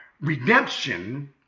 redemption